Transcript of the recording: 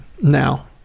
now